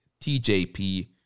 TJP